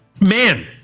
man